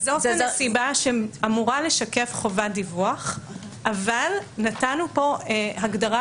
זאת הנסיבה שאמורה לשקף חובת דיווח אבל נתנו כאן הגדרה